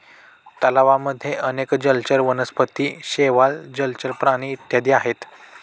तलावांमध्ये अनेक जलचर वनस्पती, शेवाळ, जलचर प्राणी इत्यादी आहेत